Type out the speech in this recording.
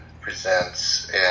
presents